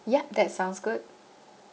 yup that sounds good